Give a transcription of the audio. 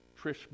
Trish